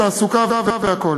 בתעסוקה ובכול.